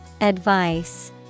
Advice